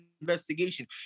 investigation